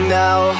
now